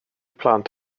plant